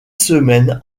semaines